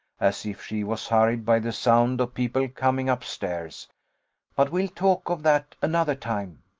as if she was hurried by the sound of people coming up stairs but we'll talk of that another time.